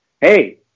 hey